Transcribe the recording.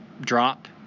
drop